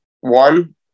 one